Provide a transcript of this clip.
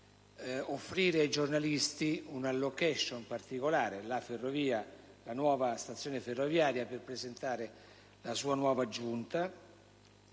offrire ai giornalisti una *location* particolare, la nuova stazione ferroviaria, per presentare la sua nuova giunta,